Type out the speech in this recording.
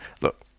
look